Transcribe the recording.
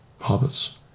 Hobbits